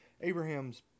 Abraham's